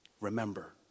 Remember